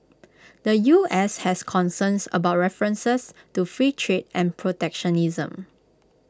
the U S has concerns about references to free trade and protectionism